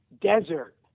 desert